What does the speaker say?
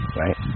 right